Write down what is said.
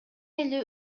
эле